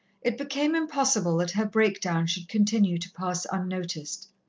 it became impossible that her breakdown should continue to pass unnoticed.